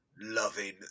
loving